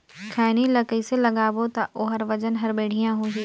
खैनी ला कइसे लगाबो ता ओहार वजन हर बेडिया होही?